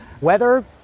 Weather